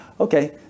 Okay